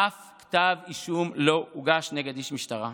אף כתב אישום לא הוגש נגד איש משטרה.